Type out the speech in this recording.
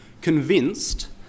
convinced